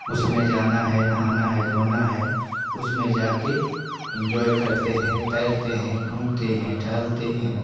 उसमें जाना है नहाना है धोना है उसमें जा के इंजॉय करते हैं तैरते हैं घूमते हैं टहलते हैं